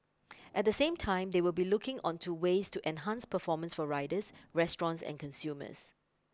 at the same time they will be looking onto ways to enhance performance for riders restaurants and consumers